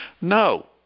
No